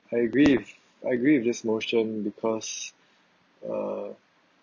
I agree with I agree with this motion because uh